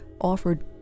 offered